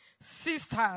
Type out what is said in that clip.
sisters